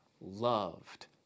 loved